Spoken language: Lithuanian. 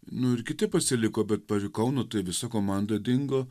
nu ir kiti pasiliko bet pavyzdžiui kauno tai visa komanda dingo